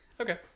Okay